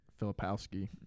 Filipowski